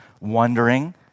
wondering